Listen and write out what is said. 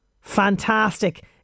Fantastic